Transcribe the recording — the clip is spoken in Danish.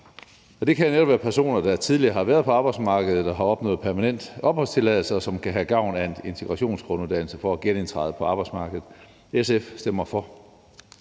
Det kan netop være personer, der tidligere har været på arbejdsmarkedet og har opnået permanent opholdstilladelse, som kan have gavn af en integrationsgrunduddannelse for at genindtræde på arbejdsmarkedet. SF stemmer for.